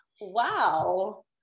Wow